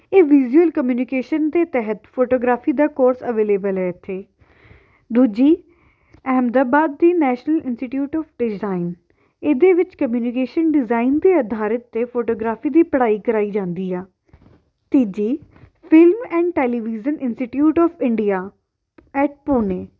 ਇਹ visual communication ਦੇ ਤਹਿਤ ਫੋਟੋਗ੍ਰਾਫੀ ਦਾ ਕੋਰਸ ਅਵੇਲੇਬਲ ਹੈ ਇੱਥੇ ਦੂਜੀ ਅਹਿਮਦਾਬਾਦ ਦੀ ਨੈਸ਼ਨਲ ਇੰਸਟੀਟਿਊਟ ਔਫ ਡਿਜ਼ਾਇਨ ਇਹਦੇ ਵਿੱਚ ਕਮਿਊਨੀਕੇਸ਼ਨ ਡਿਜ਼ਾਇਨ ਦੇ ਅਧਾਰਿਤ 'ਤੇ ਫੋਟੋਗ੍ਰਾਫੀ ਦੀ ਪੜ੍ਹਾਈ ਕਰਵਾਈ ਜਾਂਦੀ ਆ ਤੀਜੀ film and television institute of India at Pune